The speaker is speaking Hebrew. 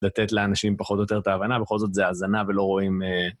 לתת לאנשים פחות או יותר את ההבנה, בכל זאת זו האזנה ולא רואים...